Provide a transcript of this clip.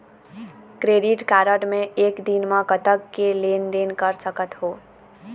Credit card मे एक दिन म कतक के लेन देन कर सकत हो?